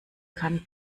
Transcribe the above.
kann